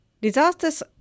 Disasters